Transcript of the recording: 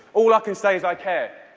all i can say is i care.